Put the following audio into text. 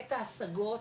את ההשגות,